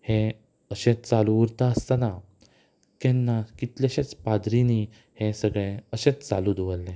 हें अशें चालू उरता आसतना तेन्ना कितलेशेच पाद्रींनीं हें सगळें अशेंच चालू दवरलें